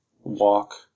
walk